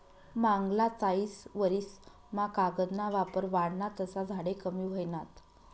मांगला चायीस वरीस मा कागद ना वापर वाढना तसा झाडे कमी व्हयनात